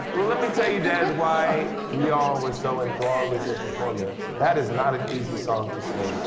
let me tell you, desz why we all were so enthralled with your performance. that is not an easy song to sing.